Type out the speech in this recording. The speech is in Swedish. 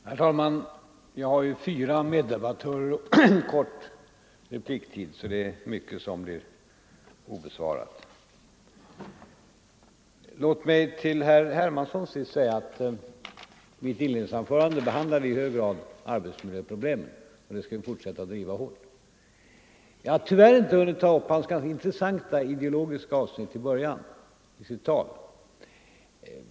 Herr talman! Jag har ju fyra meddebattörer och kort repliktid, och därför blir mycket obesvarat. Låt mig till herr Hermansson säga att mitt inledningsanförande i hög grad behandlade arbetsmiljöproblemen. Den diskussionen skall vi fortsätta att driva hårt. Jag har tyvärr inte hunnit ta upp herr Hermanssons ganska intressanta ideologiska avsnitt i början av hans tal.